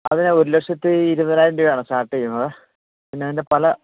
അതിന് ഒരുലക്ഷത്തീ ഇരുപതിനായിരം രൂപയാണ് സ്റ്റാർട്ട് ചെയ്യുന്നത് പിന്നെ അതിൻ്റെ പല